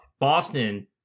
Boston